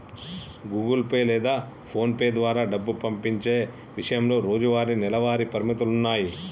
Google Pay లేదా PhonePe ద్వారా డబ్బు పంపించే ఇషయంలో రోజువారీ, నెలవారీ పరిమితులున్నాయి